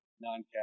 non-cash